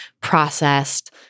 processed